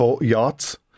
yachts